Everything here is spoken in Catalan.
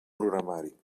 programari